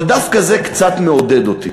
אבל דווקא זה קצת מעודד אותי,